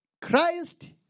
Christ